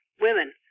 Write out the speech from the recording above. women